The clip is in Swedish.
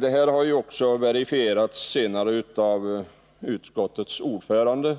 Detta har också senare verifierats av utskottets ordförande,